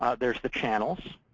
ah there's the channels